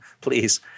please